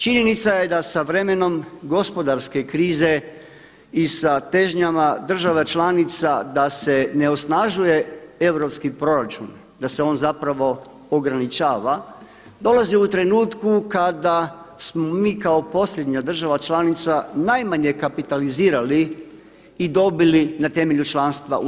Činjenica je da sa vremenom gospodarske krize i sa težnjama država članica da se ne osnažuje europski proračun, da se on zapravo ograničava dolazi u trenutku kada smo mi kao posljednja država članica najmanje kapitalizirali i dobili na temelju članstva u EU.